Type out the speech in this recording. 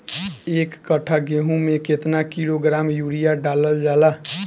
एक कट्टा गोहूँ में केतना किलोग्राम यूरिया डालल जाला?